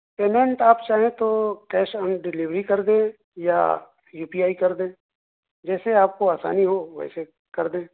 payment آپ چاہیں تو کیش آن ڈلیوری کر دیں یا یو پی آئی کر دیں جیسے آپ کو آسانی ہو ویسے کردیں